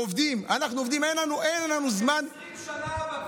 עובדים, אין לנו זמן,